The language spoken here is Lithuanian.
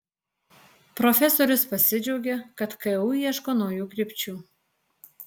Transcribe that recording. profesorius pasidžiaugė kad ku ieško naujų krypčių